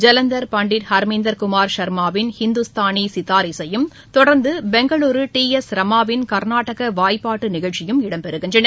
ஜலந்தர் பண்டிட் ஹர்மீந்தர் குமார் ஷர்மாவின் இந்துஸ்தானி சித்தார் இசையும் தொடர்ந்து பெங்களூரு டி எஸ் ரமாவின் கர்நாடக வாய்ப்பாட்டு நிகழ்ச்சியும் இடம்பெறுகின்றன